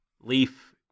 Leaf